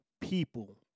people